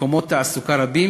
מקומות תעסוקה רבים,